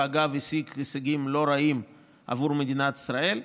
ואגב השיג הישגים לא רעים עבור מדינת ישראל,